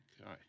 Okay